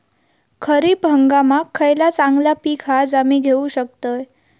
खरीप हंगामाक खयला चांगला पीक हा जा मी घेऊ शकतय?